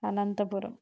Anantapuram